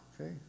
okay